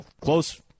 close